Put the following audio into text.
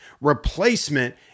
replacement